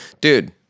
dude